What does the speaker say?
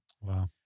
Wow